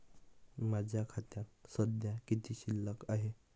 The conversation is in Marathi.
माझ्या खात्यात सध्या किती शिल्लक आहे?